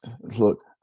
Look